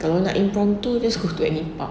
kalau nak impromptu just go to any park